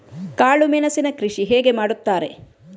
ಕಾಳು ಮೆಣಸಿನ ಕೃಷಿ ಹೇಗೆ ಮಾಡುತ್ತಾರೆ?